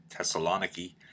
Thessaloniki